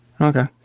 Okay